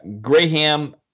Graham